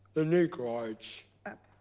the negroids. ah,